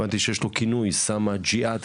הבנתי שיש לו כינוי 'סם הג'יהאד'.